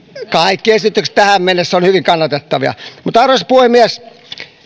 kaikki esitykset tähän mennessä ovat hyvin kannatettavia mutta arvoisa puhemies